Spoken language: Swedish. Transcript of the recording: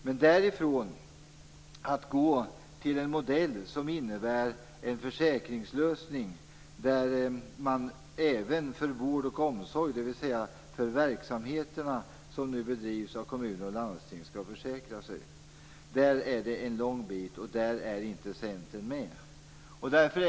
Men att därifrån gå till en modell som innebär en försäkringslösning där man skall försäkra sig även för vård och omsorg, dvs. för verksamheterna, som nu bedrivs av kommuner och landsting. Till detta är det lång väg, och Centern går inte med på det.